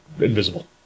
invisible